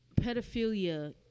Pedophilia